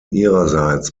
ihrerseits